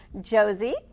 Josie